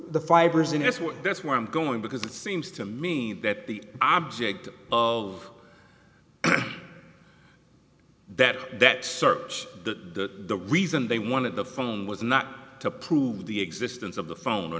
the fibers in this one that's where i'm going because it seems to me that the object of that that search the reason they wanted the phone was not to prove the existence of the phone or